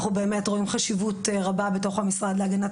אנחנו באמת רואים חשיבות רבה בתוך המשרד להגנת